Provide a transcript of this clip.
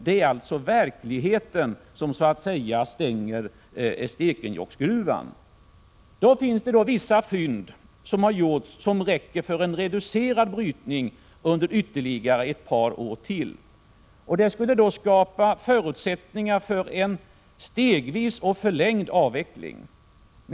Det är alltså verkligheten som så att säga stänger Stekenjokksgruvan. Det har gjorts vissa fynd som räcker för en reducerad brytning under ytterligare ett par år, och det skulle skapa förutsättningar för en stegvis och förlängd avveckling.